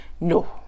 No